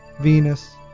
Venus